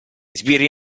sbirri